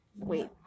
wait